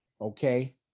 okay